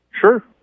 Sure